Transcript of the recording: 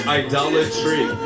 idolatry